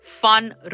Fun